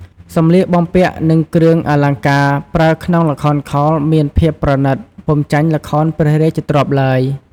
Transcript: សម្លៀកបំពាក់និងគ្រឿងអលង្ការប្រើក្នុងល្ខោនខោលមានភាពប្រណិតពុំចាញ់ល្ខោនព្រះរាជទ្រព្យឡើយ។